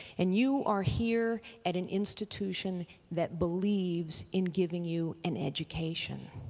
and you are here at an institution that believes in giving you and education.